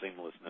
seamlessness